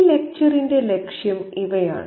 ഈ ലെക്ച്ചറിന്റെ ലക്ഷ്യം ഇവയാണ്